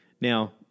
Now